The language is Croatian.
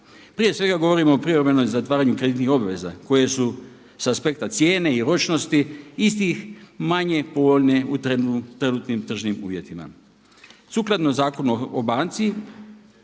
Prije svega govorimo o privremenoj zatvaranju kreditnih obveza koje su sa aspekta cijene i ročnosti istih manje povoljne u trenutnim tržnim uvjetima. Sukladno Zakonu o banci